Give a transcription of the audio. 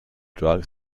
drug